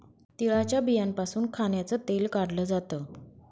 तिळाच्या बियांपासून खाण्याचं तेल काढल जात